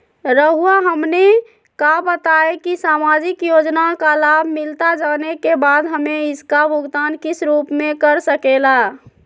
रहुआ हमने का बताएं की समाजिक योजना का लाभ मिलता जाने के बाद हमें इसका भुगतान किस रूप में कर सके ला?